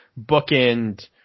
bookend